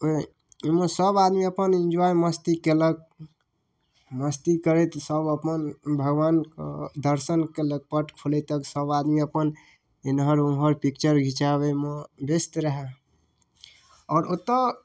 ओहिमे सब आदमी अपन एन्जॉइ अपन मस्ती केलक मस्ती करैत सब अपन भगवानके दर्शन केलक पट खुलैत सब आदमी अपन एम्हर ओम्हर पिक्चर खिचाबैमे व्यस्त रहै आओर ओतऽ